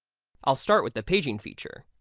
i'll start with the paging feature.